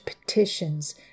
petitions